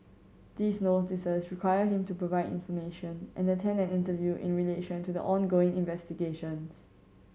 these Notices require him to provide information and attend an interview in relation to the ongoing investigations